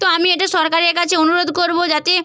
তো আমি এটা সরকারের কাছে অনুরোধ করব যাতে